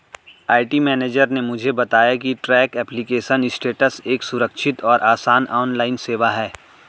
IT manager ने मुझे बताया की ट्रैक एप्लीकेशन स्टेटस एक सुरक्षित और आसान ऑनलाइन सेवा है